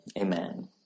amen